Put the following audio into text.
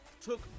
took